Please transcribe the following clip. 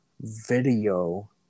video